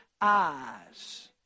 eyes